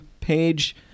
page